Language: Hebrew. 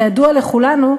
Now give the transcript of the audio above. כידוע לכולנו,